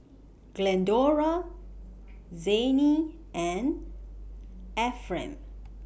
Glendora Zayne and Efrem